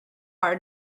our